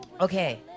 Okay